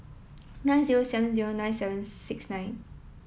nine zero seven zero nine seven six nine